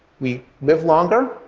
we live longer,